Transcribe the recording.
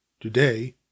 today